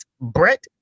Brett